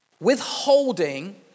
withholding